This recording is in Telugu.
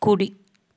కుడి